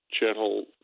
gentle